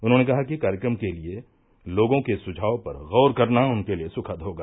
उन्होंने कहा कि कार्यक्रम के लिए लोगों के सुझाव पर गौर करना उनके लिए सुखद होगा